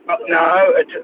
No